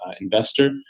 investor